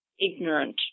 ignorant